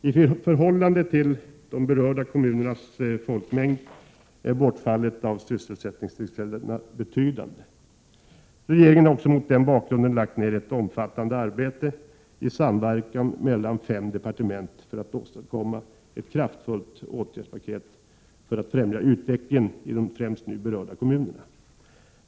I förhållande till de berörda kommunernas folkmängd är bortfallet av sysselsättningstillfällen betydande. Regeringen har mot denna bakgrund också lagt ned ett omfattande arbete i samverkan mellan fem departement för att åstadkomma ett kraftfullt åtgärdspaket för att främja utvecklingen i främst de nu berörda kommunerna.